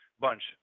bunch